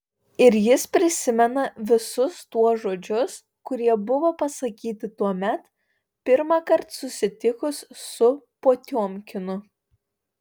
ir jis prisimena visus tuos žodžius kurie buvo pasakyti tuomet pirmąkart susitikus su potiomkinu